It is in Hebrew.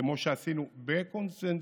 כמו שעשינו, בקונסנזוס.